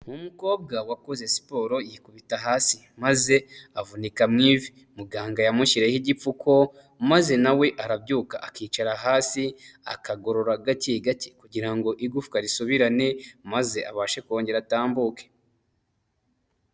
Umukobwa wakoze siporo yikubita hasi maze avunika mu ive, muganga yamushyireho igipfuko maze nawe arabyuka akicara hasi akagorora gake gake kugira ngo igufwa risubirane maze abashe kongera atambuke.